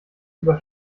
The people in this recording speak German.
über